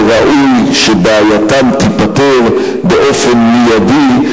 וראוי שבעייתם תיפתר באופן מיידי,